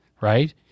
right